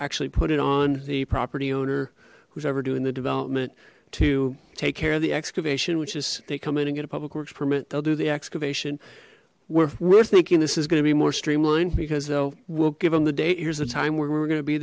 actually put it on the property owner who's ever doing the development to take care of the excavation which is they come in and get a public works permit they'll do the excavation we're we're thinking this is going to be more streamlined because they'll will give them the date here's the time we're going to be